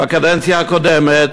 בקדנציה הקודמת,